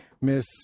Miss